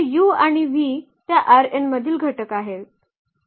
तर u आणि v त्या मधील घटक आहेत